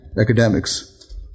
Academics